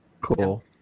Cool